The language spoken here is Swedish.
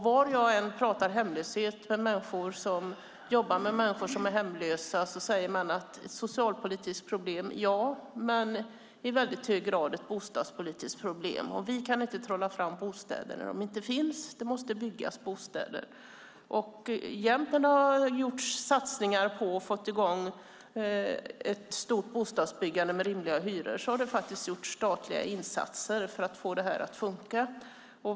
Var jag än pratar hemlöshet med människor som jobbar med hemlösa säger man att det förvisso är ett socialpolitiskt problem, men i väldigt hög grad också ett bostadspolitiskt problem; man kan inte trolla fram bostäder när de inte finns. Det måste byggas bostäder. När man har gjort satsningar på och fått i gång ett stort bostadsbyggande med rimliga hyror så har det gjorts statliga insatser för att få detta att funka.